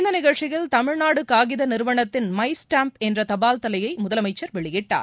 இந்த நிகழ்ச்சியில் தமிழ்நாடு காகித நிறுவனத்தின் மை ஸ்டாம்ப் என்ற தபால் தலையை முதலமச்சர் வெளியிட்டார்